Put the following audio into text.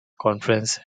conference